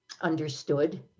understood